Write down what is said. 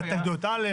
ועדת התנגדויות א',